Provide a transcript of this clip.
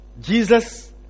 Jesus